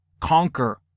Conquer